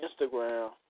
Instagram